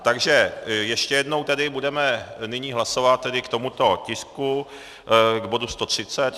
Takže ještě jednou tedy budeme nyní hlasovat k tomuto tisku, k bodu 130.